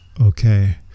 okay